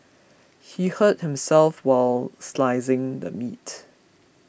he hurt himself while slicing the meat